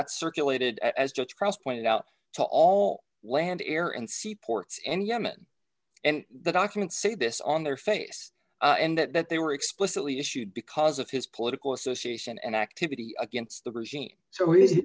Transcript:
that's circulated as just press pointed out to all land air and sea ports and yemen and the documents say this on their face and that they were explicitly issued because of his political association and activity against the regime so